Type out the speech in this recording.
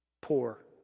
Poor